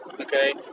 Okay